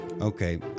Okay